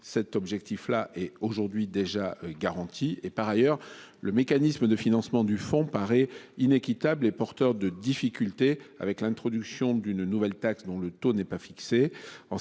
Cet objectif-là et aujourd'hui déjà garanti et par ailleurs le mécanisme de financement du Fonds. Inéquitable et porteur de difficultés avec l'introduction d'une nouvelle taxe, dont le taux n'est pas fixé